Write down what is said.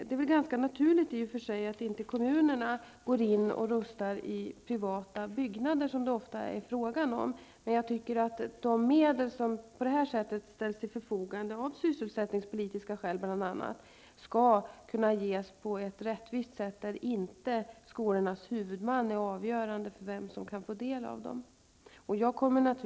Det är ganska naturligt i och för sig att kommunerna inte går in och rustar i privata byggnader som det ju ofta är fråga om. Men de medel som på detta sätt ställs till förfogande, bl.a. av sysselsättningspolitiska skäl, skall kunna ges på ett rättvisst sätt. Vem som är en skolas huvudman skall inte få avgöra om skolan får del av medlen.